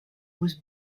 was